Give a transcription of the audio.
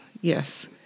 yes